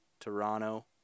Toronto